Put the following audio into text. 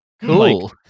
Cool